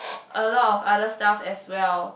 a lot of other stuff as well